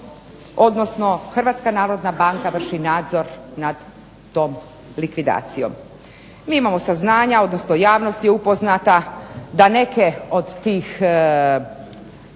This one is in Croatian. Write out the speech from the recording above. odnosno HNB vrši nadzor nad tom likvidacijom. MI imamo saznanja odnosno javnost je upoznata da neke od tih